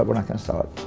but not gonna sell it.